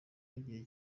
y’igihe